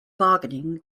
bargaining